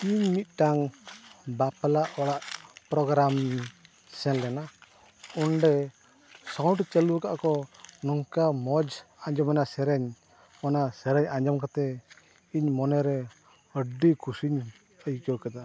ᱤᱧ ᱢᱤᱫᱴᱟᱱ ᱵᱟᱯᱞᱟ ᱚᱲᱟᱜ ᱯᱨᱳᱜᱽᱨᱟᱢᱤᱧ ᱥᱮᱱ ᱞᱮᱱᱟ ᱚᱸᱰᱮ ᱥᱟᱣᱩᱱᱰ ᱪᱟᱹᱞᱩ ᱠᱟᱜᱼᱟ ᱠᱚ ᱱᱚᱝᱠᱟ ᱢᱚᱡᱽ ᱟᱸᱡᱚᱢᱮᱱᱟ ᱥᱮᱨᱮᱧ ᱚᱱᱟ ᱥᱮᱨᱮᱧ ᱟᱸᱡᱚᱢ ᱠᱟᱛᱮᱫ ᱤᱧ ᱢᱚᱱᱮᱨᱮ ᱟᱹᱰᱤ ᱠᱩᱥᱤᱧ ᱟᱹᱭᱠᱟᱹᱣ ᱠᱮᱫᱟ